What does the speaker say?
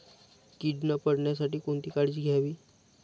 कीड न पडण्यासाठी कोणती काळजी घ्यावी?